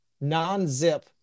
non-zip